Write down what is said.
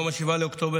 ביום 7 באוקטובר,